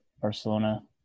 Barcelona